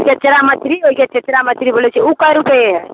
चेचरा मछली जाहि के चेचरा मछली बोलै छै उ कै रूपये है